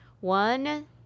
One